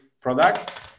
product